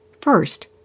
First